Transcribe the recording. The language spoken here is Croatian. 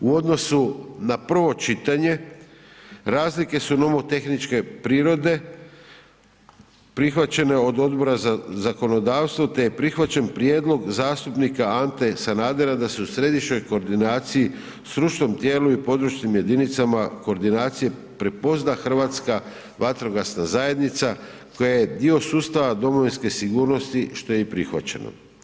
U odnosu na prvo čitanje razlike su nomotehničke prirode, prihvaćeno je od Odbora za zakonodavstvo te je prihvaćen prijedlog zastupnika Ante Sanadera da se u središnjoj koordinaciji, stručnom tijelu i područnim jedinicama koordinacije prepozna Hrvatska vatrogasna zajednica koja je dio sustava domovinske sigurnosti što je i prihvaćeno.